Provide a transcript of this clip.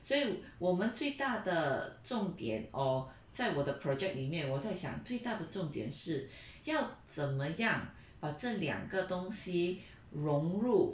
所以我们最大的重点 or 在我的 project 里面我在想最大的重点是要怎么样把这两个东西融入